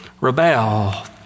rebel